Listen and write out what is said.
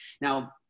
Now